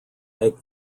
make